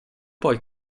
poi